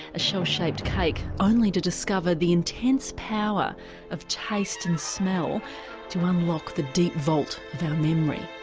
a shell shaped cake, only to discover the intense power of taste and smell to unlock the deep vault of our memory.